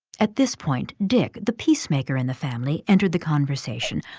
at this point, dick, the peacemaker in the family, entered the conversation.